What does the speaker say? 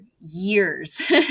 years